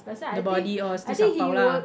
the body all still sapau lah